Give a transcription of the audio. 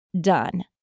done